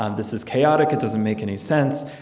um this is chaotic. it doesn't make any sense.